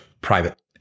private